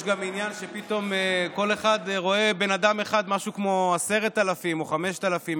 יש גם עניין שפתאום כל אחד רואה בן אדם אחד משהו כמו 10,000 או 5,000,